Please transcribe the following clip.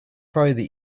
probably